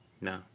no